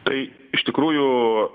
tai iš tikrųjų